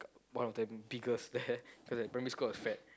one of the biggest there cause like primary school I was fat